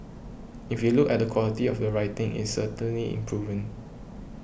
if you look at the quality of the writing it's certainly improving